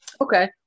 Okay